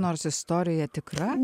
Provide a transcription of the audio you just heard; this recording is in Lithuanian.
nors istorija tikra